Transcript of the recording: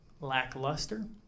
lackluster